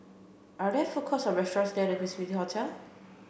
are there food courts or restaurants near The Quincy Hotel